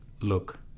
look